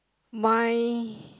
my